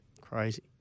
crazy